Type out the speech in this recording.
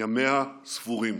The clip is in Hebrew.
ימיה ספורים.